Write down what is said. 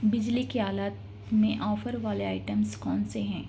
بجلی کے آلات میں آفر والے آئٹمس کون سے ہیں